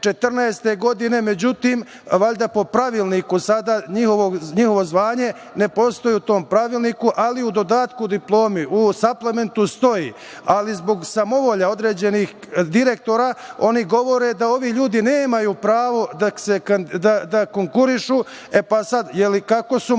Međutim, valjda po pravilniku sada njihovo zvanje ne postoji u tom pravilniku, ali u dodatku diplome, u saplementu stoji. Zbog samovolje određenih direktora oni govore da ovi ljudi nemaju pravo da konkurišu. Kako su mogli